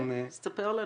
אז תספר לנו.